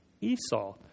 Esau